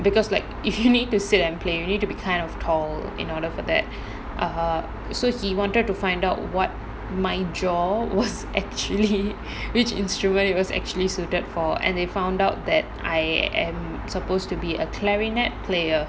because like if you need to sit and play you need to be kind of tall in order for that uh so he wanted to find out what my draw was actually which instrument it was actually suited for and they found out that I am supposed to be a clarinet player